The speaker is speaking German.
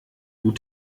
gut